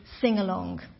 sing-along